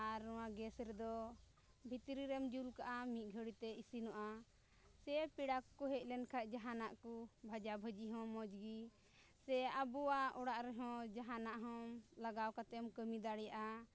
ᱟᱨ ᱱᱚᱣᱟ ᱜᱮᱥ ᱨᱮᱫᱚ ᱵᱷᱤᱛᱨᱤ ᱨᱮᱢ ᱡᱩᱞ ᱠᱟᱜᱼᱟ ᱢᱤᱫ ᱜᱷᱟᱹᱲᱤᱡ ᱛᱮ ᱤᱥᱤᱱᱚᱜᱼᱟ ᱥᱮ ᱯᱮᱲᱟ ᱠᱚᱠᱚ ᱦᱮᱡ ᱞᱮᱱᱠᱷᱟᱡ ᱡᱟᱦᱟᱱᱟᱜ ᱠᱚ ᱵᱷᱟᱡᱟ ᱵᱷᱩᱡᱤ ᱦᱚᱸ ᱢᱚᱡᱽ ᱜᱮ ᱥᱮ ᱟᱵᱚᱣᱟᱜ ᱚᱲᱟᱜ ᱨᱮᱦᱚᱸ ᱡᱟᱦᱟᱱᱟᱜ ᱦᱚᱸ ᱞᱟᱜᱟᱣ ᱠᱟᱛᱮᱢ ᱠᱟᱹᱢᱤ ᱫᱟᱲᱮᱭᱟᱜᱼᱟ